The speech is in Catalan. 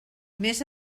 més